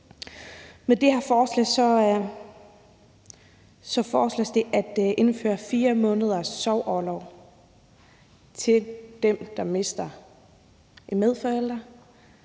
Med det her forslag foreslås det at indføre 4 måneders sorgorlov til den, der mister en medforælder